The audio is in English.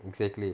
exactly